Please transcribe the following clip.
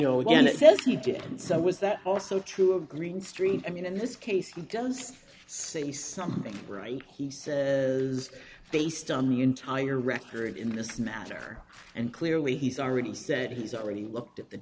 know again it says he did so was that also true of green street i mean in this case it does say something right he said is based on the entire record in this matter and clearly he's already said he's already looked at the